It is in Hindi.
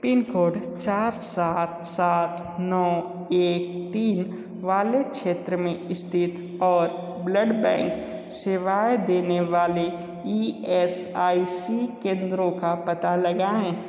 पिन कोड चार सात सात नौ एक तीन वाले क्षेत्र मे स्थित और ब्लड बैंक सेवाएँ देने वाले ई एस आई सी केंद्रों का पता लगाएं